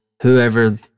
whoever